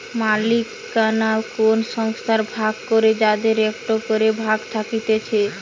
মালিকানা কোন সংস্থার ভাগ করে যাদের একটো করে ভাগ থাকতিছে